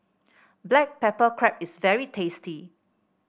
Black Pepper Crab is very tasty